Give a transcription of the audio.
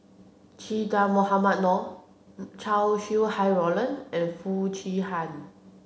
Che Dah Mohamed Noor Chow Sau Hai Roland and Foo Chee Han